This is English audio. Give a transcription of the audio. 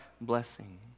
blessing